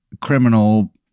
criminal